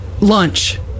lunch